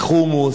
חומוס,